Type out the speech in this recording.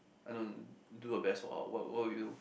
I don't do the best for what what will you